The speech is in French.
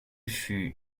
fut